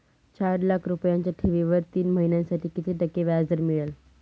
चार लाख रुपयांच्या ठेवीवर तीन महिन्यांसाठी किती टक्के व्याजदर मिळेल?